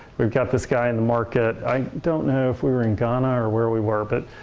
we've got this guy in the market, i don't know if we were in ghana or where we were, but